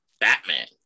Batman